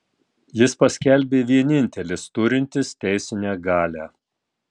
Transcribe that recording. jis paskelbė vienintelis turintis teisinę galią